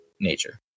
nature